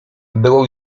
było